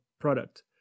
product